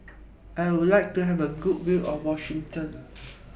I Would like to Have A Good View of Wellington